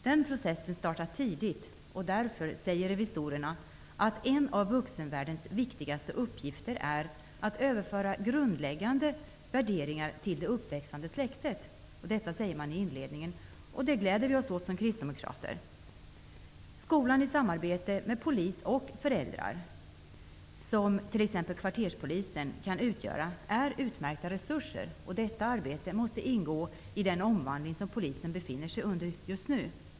Den processen startar tidigt, och därför säger revisorerna i inledningen av sin utredning att en av vuxenvärldens viktigaste uppgifter är att överföra grundläggande värderingar till det uppväxande släktet. Detta glädjer vi kristdemokrater oss åt. Skolan i samarbete med polis, t.ex. kvarterspoliser, och föräldrar är utmärkta resurser, och arbetet med detta måste ingå i den omvandling som Polisen just nu genomgår.